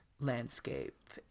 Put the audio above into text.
landscape